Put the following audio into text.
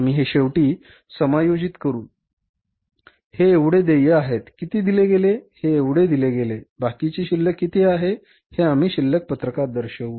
आम्ही हे शेवटी समायोजित करू किती देय होते हे एवढे देय होते किती दिले गेले हे एवढे दिले गेले बाकी शिल्लक किती आहे हे आम्ही शिल्लक पत्रकात दर्शवू